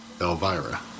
Elvira